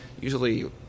usually